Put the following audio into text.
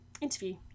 interview